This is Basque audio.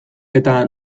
eta